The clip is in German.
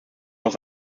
aus